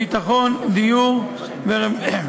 הביטחון, הדיור והפרט.